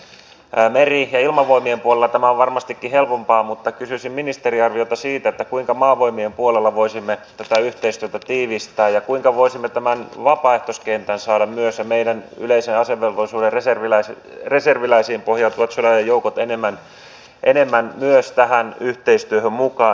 meri ja ilmavoimien puolella tämä on varmastikin helpompaa mutta kysyisin ministerin arviota siitä kuinka maavoimien puolella voisimme tätä yhteistyötä tiivistää ja kuinka voisimme saada myös tämän vapaaehtoiskentän ja meidän yleisen asevelvollisuuden reserviläisiin pohjautuvat sodan ajan joukot enemmän tähän yhteistyöhön mukaan